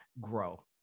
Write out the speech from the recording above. grow